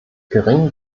geringen